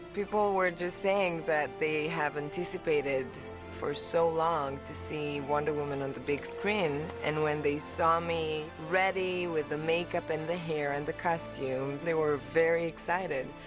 people were just saying that they have anticipated for so long to see wonder woman on the big screen, and when they saw me ready with the makeup and the hair and the costume, they were very excited.